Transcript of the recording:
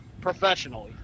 professionally